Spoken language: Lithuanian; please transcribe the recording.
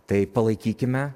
tai palaikykime